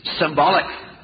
symbolic